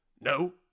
No